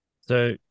So-